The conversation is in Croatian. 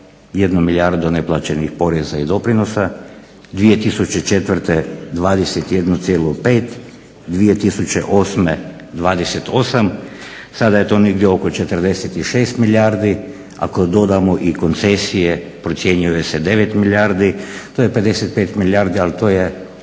8,1 milijardu neplaćenih poreza i doprinosa, 2004. 22,5, 2008. 28, sada je to negdje oko 46 milijardi, ako dodamo i koncesije procjenjuje se 9 milijardi. To je 55 milijardi ali to je